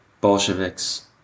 Bolsheviks